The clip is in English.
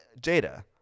Jada